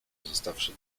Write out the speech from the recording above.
zostawszy